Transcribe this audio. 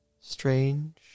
Strange